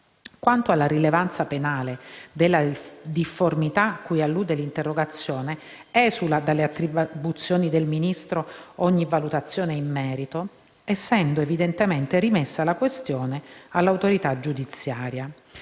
Quanto alla rilevanza penale della difformità cui allude l’interrogazione, esula dalle attribuzioni del Ministro ogni valutazione in merito, essendo evidentemente rimessa la questione all’autorità giudiziaria.